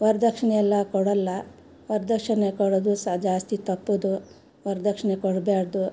ವರದಕ್ಷಿಣೆ ಎಲ್ಲ ಕೊಡೋಲ್ಲ ವರದಕ್ಷಣೆ ಕೊಡೋದು ಸಹ ಜಾಸ್ತಿ ತಪ್ಪು ವರದಕ್ಷಿಣೆ ಕೊಡಬಾರ್ದು